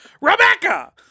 Rebecca